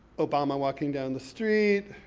obama walking down the street,